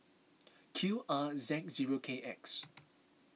Q R Z zero K X